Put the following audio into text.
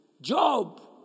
Job